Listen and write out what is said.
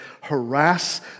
Harass